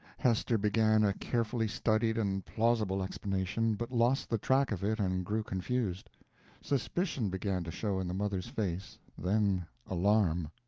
hester began a carefully studied and plausible explanation, but lost the track of it and grew confused suspicion began to show in the mother's face, then alarm.